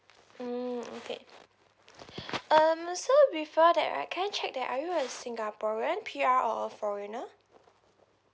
mm okay um so before that right can I check that are you a singaporean P_R or foreigner